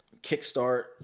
kickstart